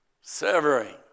severing